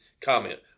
comment